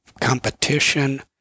competition